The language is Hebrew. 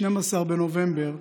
12 בנובמבר,